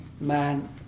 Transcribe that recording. man